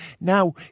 Now